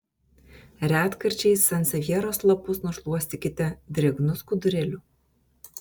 retkarčiais sansevjeros lapus nušluostykite drėgnu skudurėliu